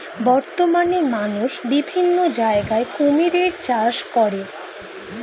বর্তমানে মানুষ বিভিন্ন জায়গায় কুমিরের চাষ করে